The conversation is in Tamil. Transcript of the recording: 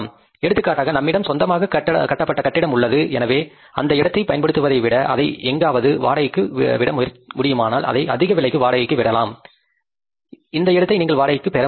எடுத்துக்காட்டாக நம்மிடம் சொந்தமாக கட்டப்பட்ட கட்டிடம் உள்ளது எனவே அந்த இடத்தைப் பயன்படுத்துவதை விட அதை எங்காவது வாடகைக்கு விட முடியுமானால் அதை அதிக விலைக்கு வாடகைக்கு விடலாம் இந்த இடத்தை நீங்கள் வாடகைக்கு பெற முடியும்